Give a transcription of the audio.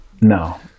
No